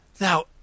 Now